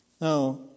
Now